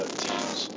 teams